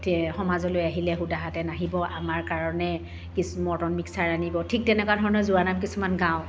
সমাজলৈ আহিলে সুদা হাতে নাহিব আমাৰ কাৰণে কিছ মৰ্টন মিক্সাৰ আনিব ঠিক তেনেকুৱা ধৰণৰ জোৰানাম কিছুমান গাওঁ